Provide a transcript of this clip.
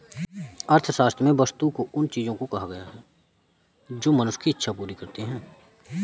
अर्थशास्त्र में वस्तु उन चीजों को कहा गया है जो मनुष्य की इक्षा पूर्ति करती हैं